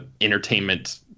entertainment